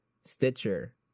stitcher